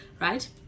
right